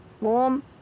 warm